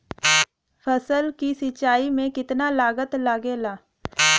फसल की सिंचाई में कितना लागत लागेला?